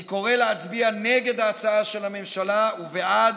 אני קורא להצביע נגד ההצעה של הממשלה ובעד